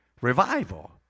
revival